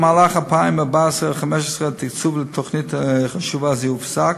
במהלך 2014 2015 התקצוב לתוכנית חשובה זו הופסק,